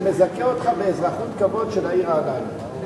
זה מזכה אותך באזרחות כבוד של העיר רעננה.